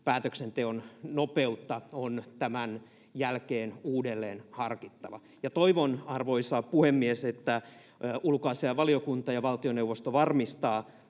päätöksenteon nopeutta on tämän jälkeen uudelleen harkittava. Ja toivon, arvoisa puhemies, että ulkoasiainvaliokunta ja valtioneuvosto varmistavat